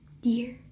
dear